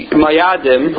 mayadim